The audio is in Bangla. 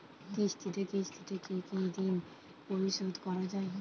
কিস্তিতে কিস্তিতে কি ঋণ পরিশোধ করা য়ায়?